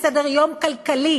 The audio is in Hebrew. וסדר-יום כלכלי,